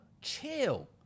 chill